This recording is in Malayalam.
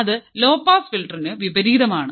അത് ലോ പാസ് ഫിൽട്ടറിന് വിപരീതമാണ്